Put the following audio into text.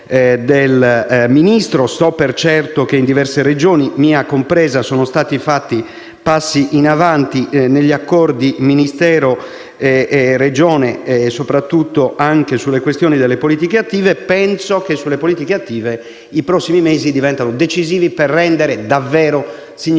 So per certo che in diverse Regioni, compresa la mia, sono stati fatti dei passi in avanti negli accordi Ministero-Regione, soprattutto sulle questioni delle politiche attive. Penso che sulle politiche attive i prossimi mesi diventino decisivi per rendere davvero significativa